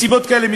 מסיבות כאלה,